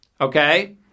Okay